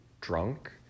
drunk